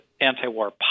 anti-war